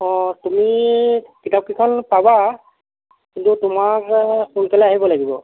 অঁ তুমি কিতাপকেইখন পাবা কিন্তু তোমাক সোনকালে আহিব লাগিব